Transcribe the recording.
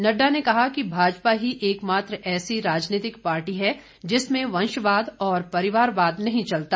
नड्डा ने कहा कि भाजपा ही एक मात्र ऐसी राजनीतिक पार्टी है जिसमें वंशवाद व परिवार वाद नहीं चलता